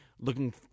Looking